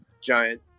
giant